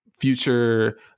future